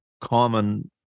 common